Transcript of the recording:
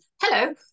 hello